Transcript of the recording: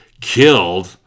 killed